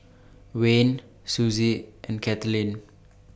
Wayne Suzy and Kathaleen